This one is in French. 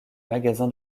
magasin